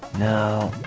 know